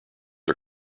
are